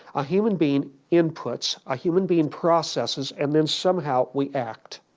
a human being inputs, a human being processes and then somehow we act.